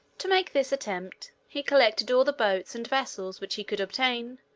to make this attempt, he collected all the boats and vessels which he could obtain,